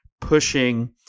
pushing